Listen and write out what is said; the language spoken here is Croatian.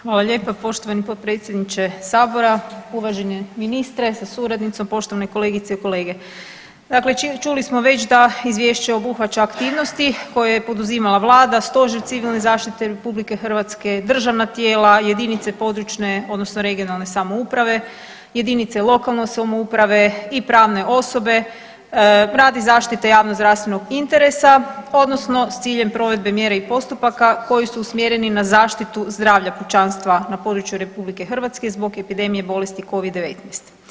Hvala lijepa poštovani potpredsjedniče sabora, uvaženi ministre sa suradnicom, poštovane kolegice i kolege, dakle čuli smo već da izvješće obuhvaća aktivnosti koje je poduzimala Vlada, Stožer civilne zaštite RH, državna tijela, jedinice područne odnosno regionalne samouprave, jedinice lokalne samouprave i pravne osobe radi zaštite javnozdravstvenog interesa odnosno s ciljem provedbe mjera i postupaka koji su usmjereni na zaštitu zdravlja pučanstva na području RH zbog epidemije bolesti Covid-19.